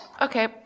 Okay